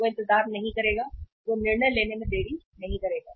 वह इंतजार नहीं करेगा वह निर्णय लेने में देरी नहीं करेगा